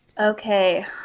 Okay